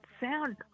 sound